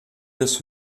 des